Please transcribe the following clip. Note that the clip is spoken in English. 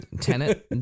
Tenant